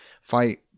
fight